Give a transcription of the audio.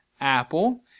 Apple